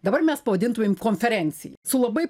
dabar mes pavadintumėm konferencija su labai